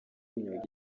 y’imyuga